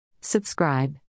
Subscribe